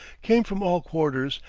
came from all quarters,